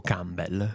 Campbell